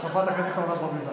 שלוש דקות לרשותך, אדוני.